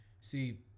See